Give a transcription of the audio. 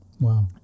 Wow